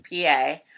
PA